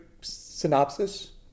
synopsis